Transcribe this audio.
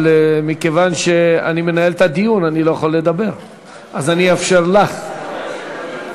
אבל מכיוון שאני מנהל את הדיון אני לא יכול לדבר אז אאפשר לך לדבר.